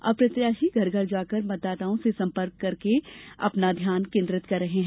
अब प्रत्याशी घर घर जाकर मतदाताओं से संपर्क करने पर अपना ध्यान केन्द्रित कर रहे है